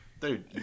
Dude